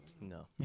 No